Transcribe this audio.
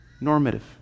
normative